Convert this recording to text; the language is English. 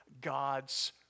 God's